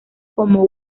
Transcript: como